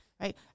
right